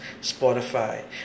Spotify